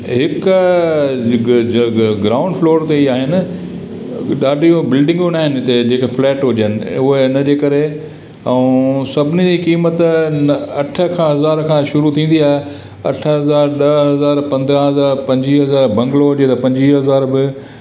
हिक ग ग ग ग्राउंड फ़्लोर ते ई आहिनि ॾाढी बिल्डिंगूं न आहिनि हिते जेके फ़्लेट हुजनि हूअ इनजे करे ऐं सभिनी जी कीमत न अठ हज़ार खां शुरू थींदी आहे अठ हज़ार ॾह हज़ार पंद्रहं हज़ार पंजवीह हज़ार बंगलो वठो त पंजवीह हज़ार ब